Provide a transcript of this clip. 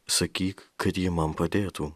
sakyk kad ji man padėtų